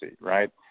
right